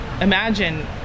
Imagine